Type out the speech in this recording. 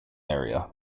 area